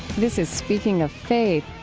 this is speaking of faith.